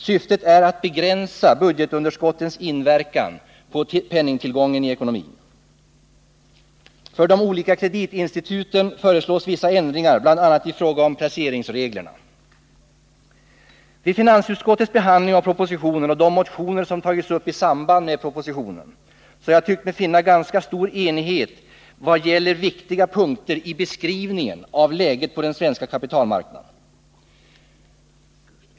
Syftet är att begränsa budgetunderskottens inverkan på penningtillgången i ekonomin. För de olika kreditinstituten föreslås vissa ändringar, bl.a. i fråga om placeringsreglerna. Vid finansutskottets behandling av propositionen har jag tyckt mig finna ganska stor enighet vad gäller ganska viktiga punkter i beskrivningen av läget på den svenska kaptialmarknaden.